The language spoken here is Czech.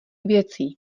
věcí